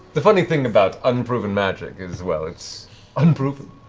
the funny thing about unproven magic is, well, it's unproven.